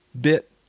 bit